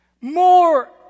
more